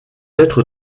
être